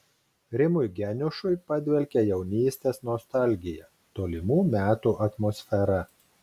rimui geniušui padvelkia jaunystės nostalgija tolimų metų atmosfera